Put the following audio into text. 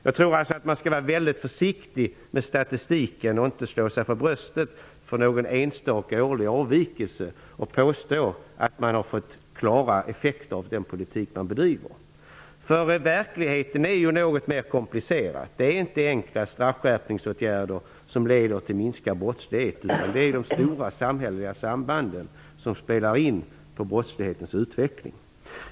Jag tror alltså att man skall vara väldigt försiktig med statistiken och inte slå sig för bröstet för någon enstaka årlig avvikelse och påstå att man har fått klara effekter av den politik man bedriver. Verkligheten är något mer komplicerad. Det är inte enkla straffskärpningsåtgärder som leder till minskad brottslighet, utan det är de stora samhälleliga sambanden som spelar in på brottslighetens utveckling.